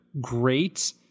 great